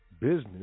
business